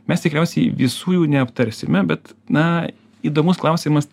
mes tikriausiai visų jų neaptarsime bet na įdomus klausimas